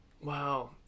Wow